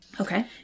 Okay